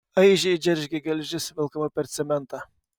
aižiai džeržgė geležis velkama per cementą